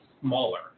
smaller